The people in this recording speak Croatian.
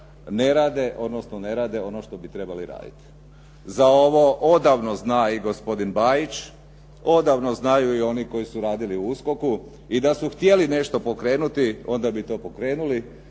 ne rade, odnosno ne rade ono što bi trebali raditi. Za ovo odavno zna i gospodin Bajić, odavno znaju i oni koji su radili u USKOK-u i da su htjeli nešto pokrenuti, onda bi to pokrenuli,